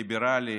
ליברלי,